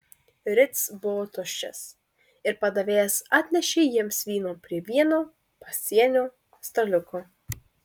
ritz buvo tuščias ir padavėjas atnešė jiems vyno prie vieno pasienio staliuko